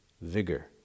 vigor